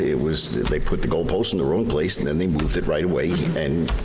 it was, they put the goalposts in the wrong place and then they moved it right away, and